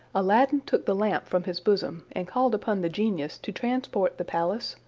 aladdin took the lamp from his bosom, and called upon the genius to transport the palace,